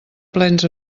plens